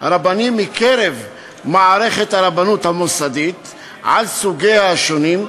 רבנים מקרב מערכת הרבנות המוסדית על סוגיה השונים,